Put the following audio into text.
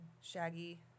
Shaggy